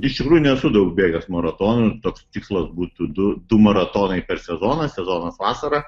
iš tikrųjų nesu daug bėgęs maratonų ir toks tikslas būtų du du maratonai per sezoną sezonas vasarą